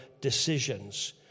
decisions